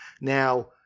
now